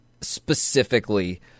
specifically